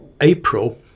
April